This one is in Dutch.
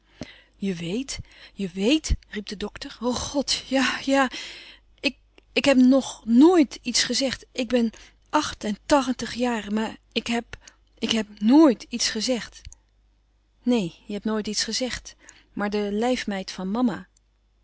je weet je weet riep de dokter o god ja ja ik ik heb nooit iets gezegd ik ben acht en tàchentig jaren maar ik heb ik heb nooit iets gezegd neen je hebt nooit iets gezegd maar de lijfmeid van mama